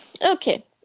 Okay